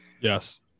Yes